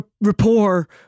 Rapport